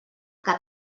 que